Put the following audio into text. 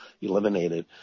eliminated